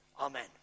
Amen